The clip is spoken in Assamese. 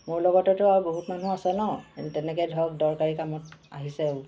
মোৰ লগতেতো আৰু বহুত মানুহ আছে ন তেনেকৈ ধৰক দৰকাৰী কামত আহিছে আৰু